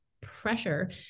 pressure